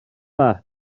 dda